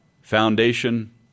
foundation